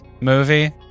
movie